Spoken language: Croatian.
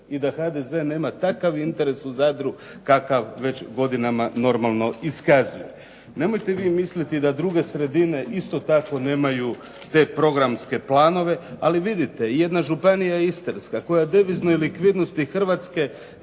i da HDZ nema takav interes u Zadru kakav već godinama normalno iskazuje. Nemojte vi misliti da druge sredine isto tako nemaju te programske planove. Ali vidite, jedna županija Istarska koja deviznoj likvidnosti Hrvatske